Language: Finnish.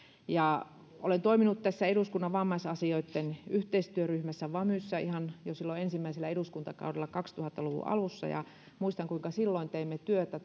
olen toiminut tässä eduskunnan vammaisasiain yhteistyöryhmässä vamyissä ihan jo silloin ensimmäisellä eduskuntakaudella kaksituhatta luvun alussa muistan kuinka silloin teimme työtä